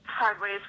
sideways